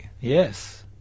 Yes